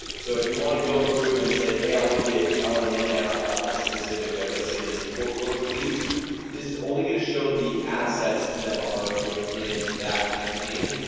so if you want to go through and say hey i want to get i want to nail down on a specific like let's say this foreclosure leads this is only gonna show the ad sets that are within that campaign,